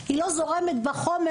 היא לא זורמת בחומר.